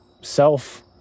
self